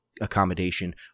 accommodation